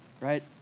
right